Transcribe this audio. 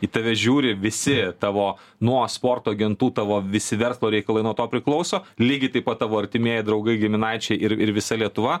į tave žiūri visi tavo nuo sporto agentų tavo visi verslo reikalai nuo to priklauso lygiai taip pat tavo artimieji draugai giminaičiai ir ir visa lietuva